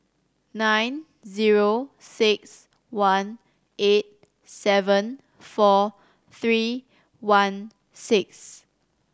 nine zero six one eight seven four three one six